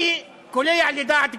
אני קולע לדעת גדולים,